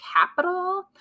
capital